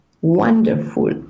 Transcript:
wonderful